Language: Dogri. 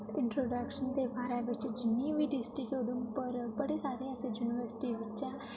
इंट्रोडैक्शन दे बारै बिच्च जिन्नी बी डिस्टिक उधमपुर बड़े सारे ऐसे यूनिवर्सिटी बिच्च ऐ